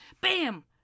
Bam